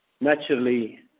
Naturally